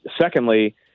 Secondly